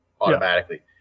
automatically